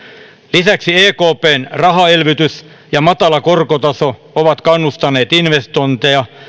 lisäksi ekpn rahaelvytys ja matala korkotaso ovat kannustaneet investointeja